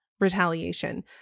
retaliation